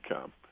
come